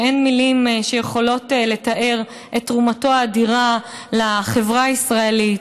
שאין מילים שיכולות לתאר את תרומתו האדירה לחברה הישראלית,